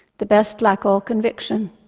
the best lack all conviction,